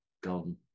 gone